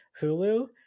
Hulu